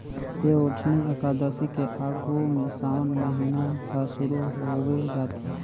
देवउठनी अकादसी के आघू में सावन महिना हर सुरु होवे जाथे